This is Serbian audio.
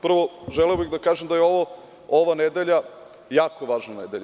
Prvo, želeo bih da kažem da je ova nedelja jako važna nedelja.